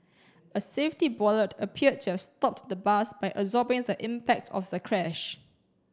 a safety bollard appeared to have stopped the bus by absorbing the impact of the crash